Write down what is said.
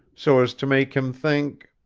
so as to make him think